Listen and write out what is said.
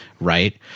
right